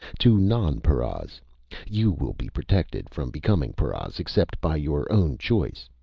to nonparas you will be protected from becoming paras except by your own choice.